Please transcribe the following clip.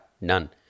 None